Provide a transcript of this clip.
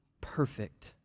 perfect